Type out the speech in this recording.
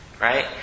Right